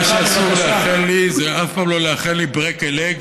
מה שאסור אף פעם לאחל לי זה break a leg,